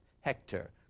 Hector